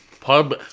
Pub